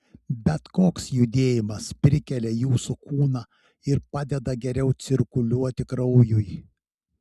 bet koks judėjimas prikelia jūsų kūną ir padeda geriau cirkuliuoti kraujui